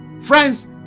Friends